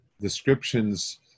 descriptions